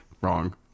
Wrong